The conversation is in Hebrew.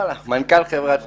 מנכ"ל חברת ספקטור,